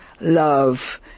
love